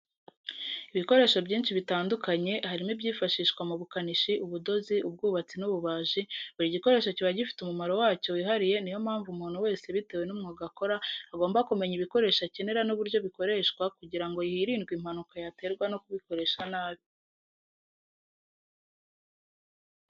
Ibikoresho byinshi bitandukanye harimi ibyifashishwa mu bukanishi, ubudozi, ubwubatsi n'ububaji, buri gikoresho kiba gifite umumaro wacyo wihariye ni yo mpamvu umuntu wese bitewe n'umwuga akora agomba kumenya ibikoresho akenera n'uburyo bikoreshwa kugira ngo hirindwe impanuka yaterwa no kubikoresha nabi.